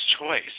choice